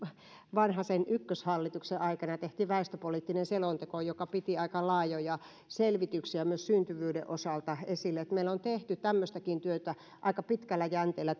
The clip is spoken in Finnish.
vanhasen ykköshallituksen aikana tehtiin väestöpoliittinen selonteko joka piti aika laajoja selvityksiä myös syntyvyyden osalta esillä että meillä on tehty tämmöistäkin työtä aika pitkällä jänteellä